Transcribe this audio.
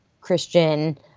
Christian